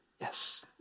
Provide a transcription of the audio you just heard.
Yes